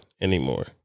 anymore